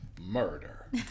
Murder